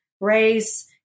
race